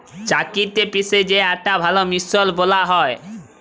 চাক্কিতে পিসে যে আটা ভাল মসৃল বালাল হ্যয়